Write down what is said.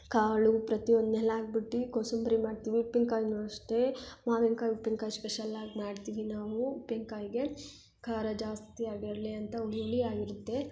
ಕಾಳು ಪ್ರತಿಯೊಂದು ಎಲ್ಲ ಹಾಕ್ಬಿಟ್ಟಿ ಕೋಸುಂಬರಿ ಮಾಡ್ತೀವಿ ಉಪ್ಪಿನ್ಕಾಯನ್ನೂ ಅಷ್ಟೇ ಮಾವಿನ್ಕಾಯಿ ಉಪ್ಪಿನ್ಕಾಯಿ ಶ್ಪೆಷಲಾಗಿ ಮಾಡ್ತೀವಿ ನಾವು ಉಪ್ಪಿನ್ಕಾಯಿಗೆ ಖಾರ ಜಾಸ್ತಿ ಆಗಿರಲಿ ಅಂತ ಹುಳಿ ಹುಳಿ ಆಗಿರುತ್ತೆ